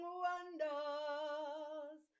wonders